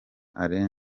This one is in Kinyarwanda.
alain